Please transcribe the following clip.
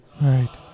Right